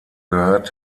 gehört